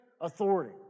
authority